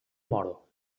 moro